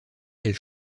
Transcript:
elle